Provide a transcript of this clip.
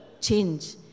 change